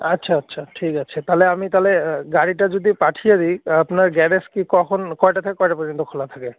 আচ্ছা আচ্ছা ঠিক আছে তালে আমি তালে গাড়িটা যদি পাঠিয়ে দিই আপনার গ্যারেজ কি কখন কয়টা থেকে কয়টা পর্যন্ত খোলা থাকে